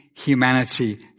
humanity